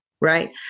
right